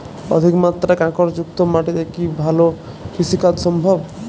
অধিকমাত্রায় কাঁকরযুক্ত মাটিতে কি ভালো কৃষিকাজ সম্ভব?